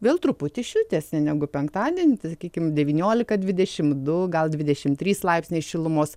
vėl truputį šiltesnė negu penktadienį tai sakykim devyniolika dvidešim du gal dvidešim trys laipsniai šilumos